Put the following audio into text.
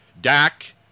Dak